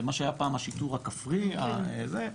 מה שהיה פעם השיטור הכפרי, זה,